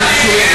מה הם קשורים?